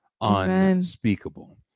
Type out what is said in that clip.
unspeakable